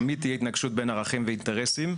תמיד תהיה התנגשות בין ערכים ואינטרסים,